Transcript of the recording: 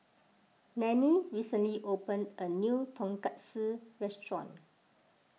Nannie recently opened a new Tonkatsu restaurant